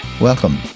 Welcome